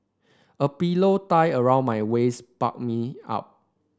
a pillow tied around my waist bulk me up